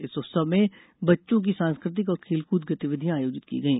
इस उत्सव में बच्चों की सांस्कृतिक और खेल कूद गतिविधियाँ आयोजित की गई